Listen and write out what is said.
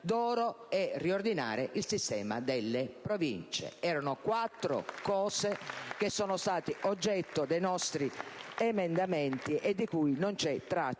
d'oro, e riordinare il sistema delle Province. Erano quattro cose che sono state oggetto dei nostri emendamenti e di cui non c'è traccia